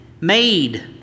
made